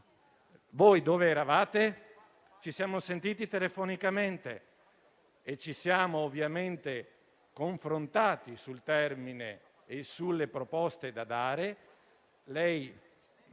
voi dove eravate? Ci siamo sentiti telefonicamente e ci siamo confrontati sul termine e sulle proposte da fare. Io